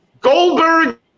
goldberg